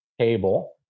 table